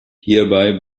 hierbei